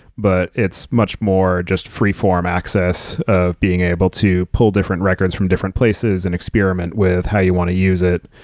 but it's much more just free-form access of being able to pull different records from different places and experiment with how you want to use it.